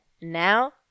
now